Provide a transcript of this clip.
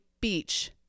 beach